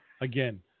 again